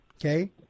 okay